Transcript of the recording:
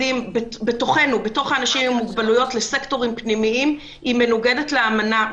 בתוך האנשים עם מוגבלויות לסקטורים פנימיים מנוגדת לאמנה.